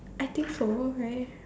I think so right